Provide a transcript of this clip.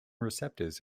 receptors